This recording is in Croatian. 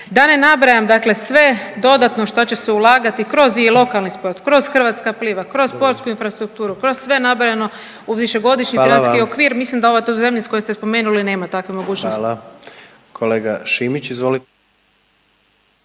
Da ne nabrajam dakle sve dodatno šta će se ulagati kroz i lokalni sport, kroz Hrvatska pliva, kroz sportsku infrastrukturu, kroz sve nabrojano u višegodišnji financijski okvir …/Upadica: Hvala vam./… mislim da ova to zemlja koju ste spomenuli nema takve mogućnosti. **Jandroković, Gordan